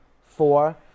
four